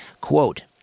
Quote